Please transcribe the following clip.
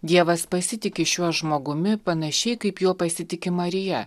dievas pasitiki šiuo žmogumi panašiai kaip juo pasitiki marija